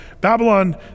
Babylon